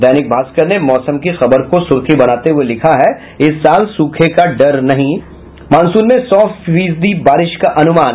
दैनिक भास्कर ने मौसम की खबर को सुर्खी बनाते हुये लिखा है इस साल सूखे का डर नहीं मानसून में सौ फीसदी बारिश का अनुमान